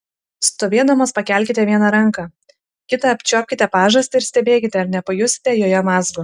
stovėdamos pakelkite vieną ranką kita apčiuopkite pažastį ir stebėkite ar nepajusite joje mazgo